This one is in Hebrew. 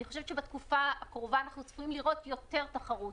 אני חושבת שבתקופה הקרובה אנחנו צפויים לראות יותר תחרות.